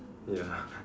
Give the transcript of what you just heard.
ya